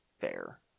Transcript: Fair